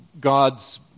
gods